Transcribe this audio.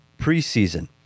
preseason